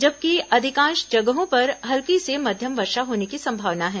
जबकि अधिकांश जगहों पर हल्की से मध्यम वर्षा होने की संभावना है